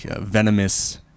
venomous